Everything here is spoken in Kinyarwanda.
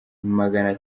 magana